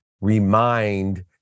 remind